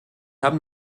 haben